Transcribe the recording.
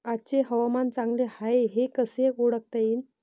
आजचे हवामान चांगले हाये हे कसे ओळखता येईन?